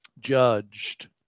judged